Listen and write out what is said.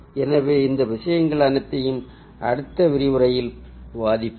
எனவே இந்த விஷயங்கள் அனைத்தையும் அடுத்த விரிவுரையில் விவாதிப்போம்